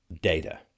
data